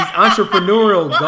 entrepreneurial